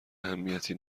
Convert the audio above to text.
اهمیتی